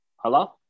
Hello